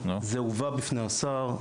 זה הובא בפני השר,